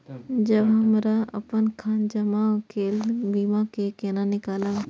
जब हमरा अपन जमा केल बीमा के केना निकालब?